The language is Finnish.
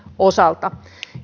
osalta